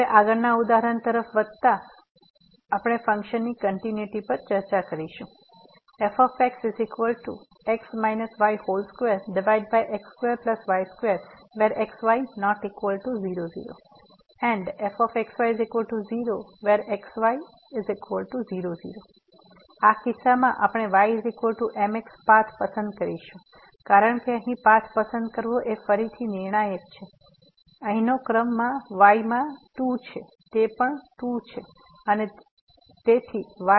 હવે આગળનાં ઉદાહરણ તરફ આગળ વધતાં હવે આપણે ફંક્શનની કંટીન્યુટી પર ચર્ચા કરીશું fxyx y2x2y2xy00 0xy00 તેથી આ કિસ્સામાં આપણે y mx પાથ પસંદ કરીશું કારણ કે અહીં પાથ પસંદ કરવો એ ફરીથી નિર્ણાયક છે કારણ કે અહીંનો ક્રમ y માં 2 છે તે પણ 2 છે અને તે પણ 2 છે